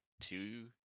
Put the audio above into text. two